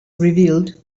revealed